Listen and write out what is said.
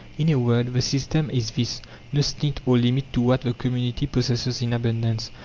in a word, the system is this no stint or limit to what the community possesses in abundance,